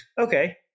okay